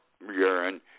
urine